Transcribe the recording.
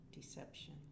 deception